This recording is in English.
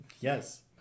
Yes